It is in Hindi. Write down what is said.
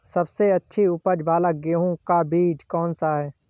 सबसे अच्छी उपज वाला गेहूँ का बीज कौन सा है?